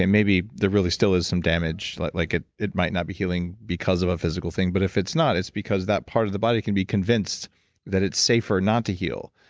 and maybe there really still is some damage, like like it it might not be healing because of a physical thing, but if it's not, it's because that part of the body can be convinced that it's safer not to heal.